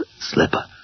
Slipper